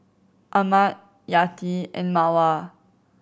ahmad Yati and Mawar